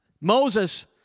Moses